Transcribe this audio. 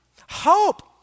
hope